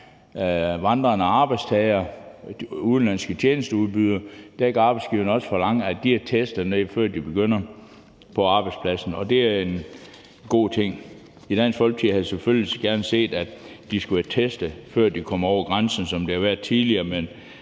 vandrende arbejdstagere, udenlandske tjenesteudbydere, så kan man også forlange, at de er testet, før de begynder på arbejdspladsen. Og det er en god ting. I Dansk Folkeparti havde vi selvfølgelig gerne set, at de skulle være testet, før de kom over grænsen, sådan som det har været tidligere,